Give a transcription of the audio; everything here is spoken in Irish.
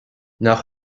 nach